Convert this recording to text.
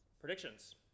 predictions